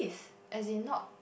as in not